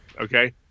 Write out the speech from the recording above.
okay